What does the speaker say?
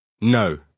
No